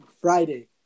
Friday